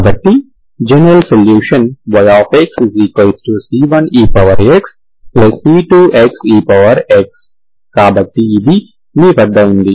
కాబట్టి general solution yxc1exc2xex కాబట్టి ఇది మీ వద్ద ఉంది